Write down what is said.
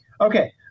Okay